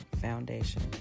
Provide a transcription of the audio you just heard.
foundation